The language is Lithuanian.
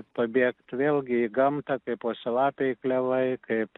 pabėgt vėlgi į gamtą kaip uosialapiai klevai kaip